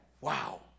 Wow